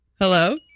Hello